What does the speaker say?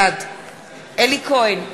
בעד אלי כהן,